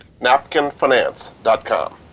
napkinfinance.com